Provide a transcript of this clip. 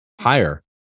higher